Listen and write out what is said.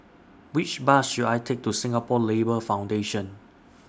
Which Bus should I Take to Singapore Labour Foundation